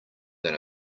than